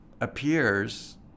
appears